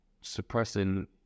suppressing